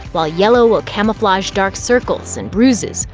while yellow will camouflage dark circles and bruises.